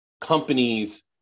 companies